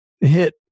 hit